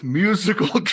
musical